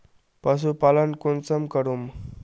पशुपालन कुंसम करूम?